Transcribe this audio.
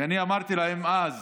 ואני אמרתי להם אז,